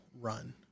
run